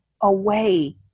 away